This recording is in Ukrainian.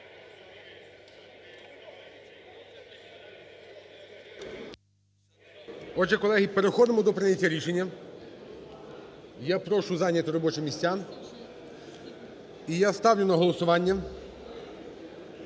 Отже, колеги, переходимо до прийняття рішення. Я прошу зайняти робочі місця. І я сталю на голосування